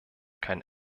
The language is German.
kein